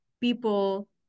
people